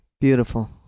Beautiful